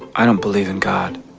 i don't believe in god,